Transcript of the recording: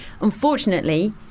Unfortunately